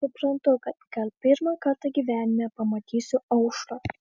suprantu kad gal pirmą kartą gyvenime pamatysiu aušrą